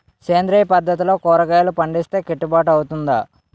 సేంద్రీయ పద్దతిలో కూరగాయలు పండిస్తే కిట్టుబాటు అవుతుందా?